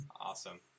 Awesome